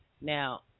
Now